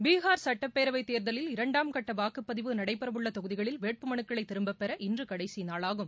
பீகார் சட்டப்பேரவைத் தேர்தலில் இரண்டாம் கட்ட வாக்குப்பதிவு நடைபெறவுள்ள தொகுதிகளில் வேட்புமனுக்களை திரும்பப்பெற இன்று கடைசி நாளாகும்